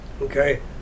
Okay